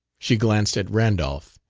she glanced at randolph.